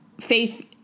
Faith